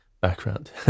background